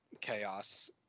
chaos